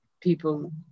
people